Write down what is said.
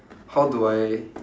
how do I